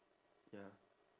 ya